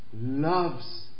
loves